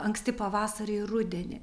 anksti pavasarį rudenį